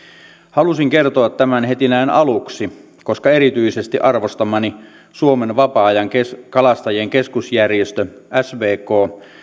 halusin kertoa tämän heti näin aluksi koska erityisesti arvostamani suomen vapaa ajankalastajien keskusjärjestö svk